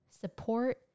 support